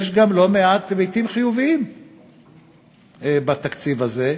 יש גם לא מעט היבטים חיוביים בתקציב הזה,